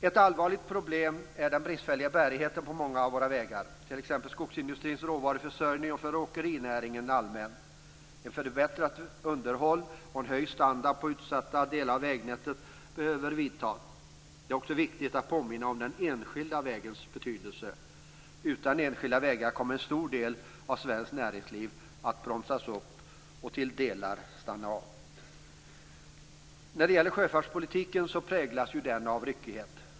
Ett allvarligt problem är den bristfälliga bärigheten på många av våra vägar, t.ex. för skogsindustrins råvaruförsörjning och åkerinäringen allmänt. Ett förbättrat underhåll och en höjd standard på utsatta delar av vägnätet behövs. Det är också viktigt att påminna om den enskilda vägens betydelse. Utan enskilda vägar kommer en stor del av svenskt näringsliv att bromsas upp och till delar stanna av. När det gäller sjöfartspolitiken präglas den av ryckighet.